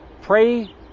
pray